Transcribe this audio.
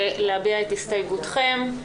ולהביע את הסתייגותכם.